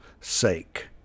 sake